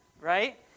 right